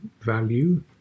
value